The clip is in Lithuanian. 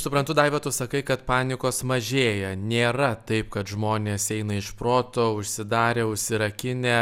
suprantu daiva tu sakai kad panikos mažėja nėra taip kad žmonės eina iš proto užsidarę užsirakinę